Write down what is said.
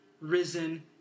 risen